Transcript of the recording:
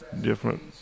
different